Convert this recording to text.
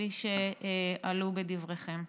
כפי שעלו בדבריכם.